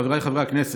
חבריי חברי הכנסת,